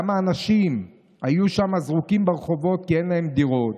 כמה אנשים היו שם זרוקים ברחובות כי אין להם דירות.